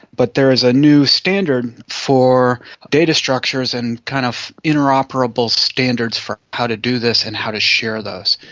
but there is a new standard for data structures and kind of interoperable standards for how to do this and how to share those.